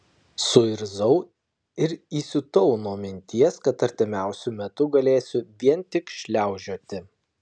suirzau ir įsiutau nuo minties kad artimiausiu metu galėsiu vien tik šliaužioti